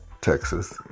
Texas